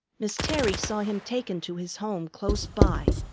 miss terry saw him taken to his home close by,